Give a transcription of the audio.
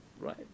right